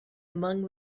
among